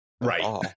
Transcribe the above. right